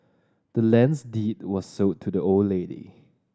the land's deed was sold to the old lady